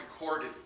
recorded